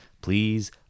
Please